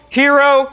hero